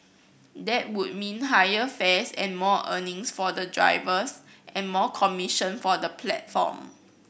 that would mean higher fares and more earnings for the drivers and more commission for the platform